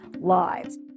lives